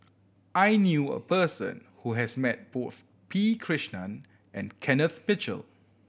I knew a person who has met both P Krishnan and Kenneth Mitchell